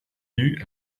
due